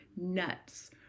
nuts